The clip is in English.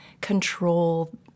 control